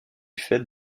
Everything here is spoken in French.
fait